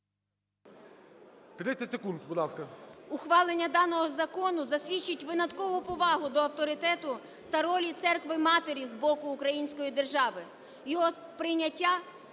30 секунд, будь ласка.